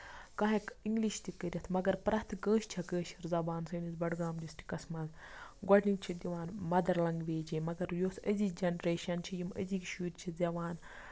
کانہہ ہٮ۪کہِ اِنگلِش تہِ کٔرِتھ مَگر پرٛٮ۪تھ کٲنسہِ چھُ کٲشِر زَبان سٲنِس بڈگام ڈِسٹرکَس منٛز گۄڈٕنِک چھِ دِوان مَدر لینگویجے مَگر یُس أزِچ جینریشَن چھِ یِم أزِکۍ شُرۍ چھِ زیوان